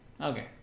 Okay